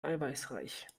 eiweißreich